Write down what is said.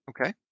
Okay